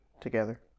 together